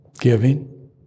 giving